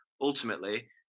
ultimately